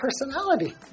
personality